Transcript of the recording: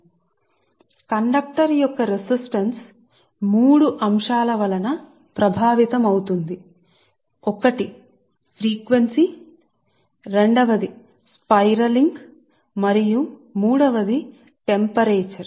కాబట్టి conductor resistance మూడు ఫాక్టర్లచే ప్రభావితమవుతుంది ఒకటి ఫ్రీక్వెన్సీ రెండవది స్పైరలింగ్ మరియు మూడవది ఉష్ణోగ్రత